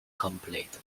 complete